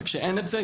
וכשאין את זה,